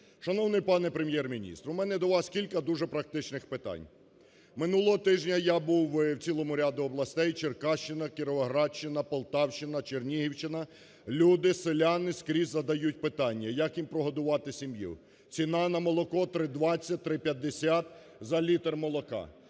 Шановний пане Прем'єр-міністре, у мене до вас кілька дуже практичних питань. Минулого тижня я був у цілому ряду областей Черкащина, Кіровоградщина. Полтавщина, Чернігівщина. Люди, селяни скрізь задають питання: як їм прогодувати сім'ю? Ціна на молоко 3,20-3,50 за літр молока.